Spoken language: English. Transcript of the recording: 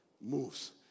moves